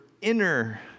inner